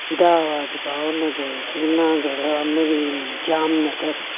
Ahmedabad Bhavnagar Junagadh Amreli Jamnagar